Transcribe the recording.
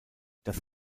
das